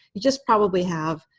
you just probably have